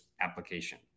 application